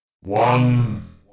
One